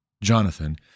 Jonathan